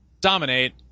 dominate